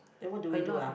then what do we do ah